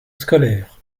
scolaires